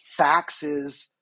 faxes